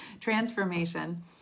transformation